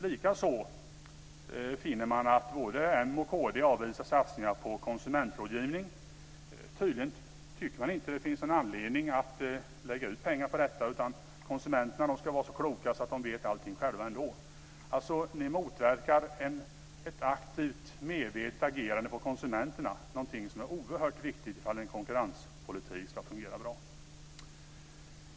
Likaså finner man att både m och kd avvisar satsningar på konsumentrådgivning. Tydligen tycker man inte att det finns någon anledning att lägga ut pengar på detta, utan konsumenterna ska vara så kloka att de vet allting själva ändå. Ni motverkar alltså ett aktivt och medvetet agerande från konsumenterna, någonting som är oerhört viktigt om en konkurrenspolitik ska fungera bra.